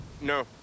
No